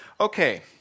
Okay